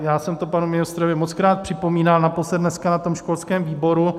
Já jsem to panu ministrovi mockrát připomínal, naposled dneska na školském výboru.